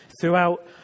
throughout